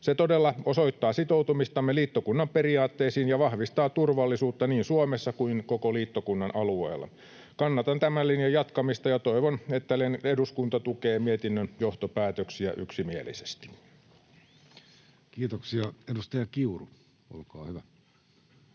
Se todella osoittaa sitoutumistamme liittokunnan periaatteisiin ja vahvistaa turvallisuutta niin Suomessa kuin koko liittokunnan alueella. Kannatan tämän linjan jatkamista ja toivon, että eduskunta tukee mietinnön johtopäätöksiä yksimielisesti. Kiitoksia. — Edustaja Pauli Kiuru, olkaa hyvä.